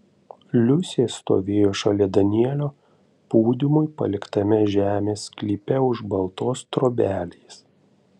liusė stovėjo šalia danielio pūdymui paliktame žemės sklype už baltos trobelės